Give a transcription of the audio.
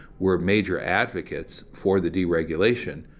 were major advocates for the deregulation.